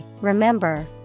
remember